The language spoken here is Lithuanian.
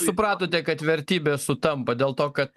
supratote kad vertybės sutampa dėl to kad